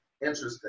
interesting